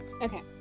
Okay